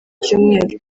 cyumweru